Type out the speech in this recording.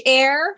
air